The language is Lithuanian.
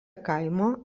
kaimo